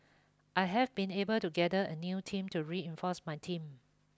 I have been able to gather a new team to reinforce my team